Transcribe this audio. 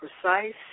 precise